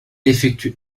effectué